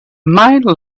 mile